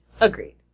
Agreed